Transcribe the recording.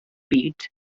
byd